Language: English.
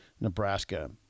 Nebraska